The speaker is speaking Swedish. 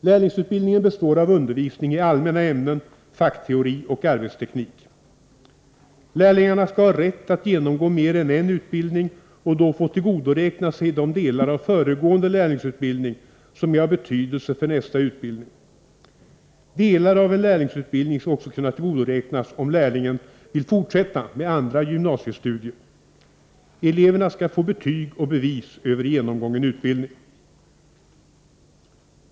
Lärlingsutbildningen består av undervisning i allmänna ämnen, fackteori och arbetsteknik. Lärlingarna skall ha rätt att genomgå mer än en utbildning och då få tillgodoräkna sig de delar av föregående lärlingsutbildning som är av betydelse för nästa utbildning. Delar av en lärlingsutbildning skall också kunna tillgodoräknas, om lärlingen vill fortsätta med andra gymnasiestudier. Eleverna skall få betyg och bevis över genomgången utbildning.